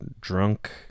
drunk